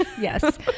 yes